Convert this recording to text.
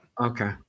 Okay